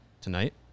Tonight